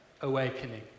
awakening